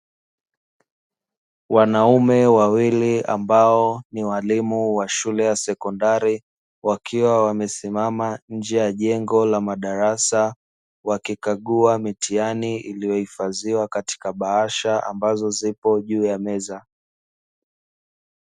Wanaume wawili ambao ni walimu wa shule ya sekondari, wakiwa wamesimama nje ya jengo la madarasa wakikagua mitihani iliyohifadhiwa katika bahasha ambazo zipo juu ya meza.